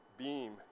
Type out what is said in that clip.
beam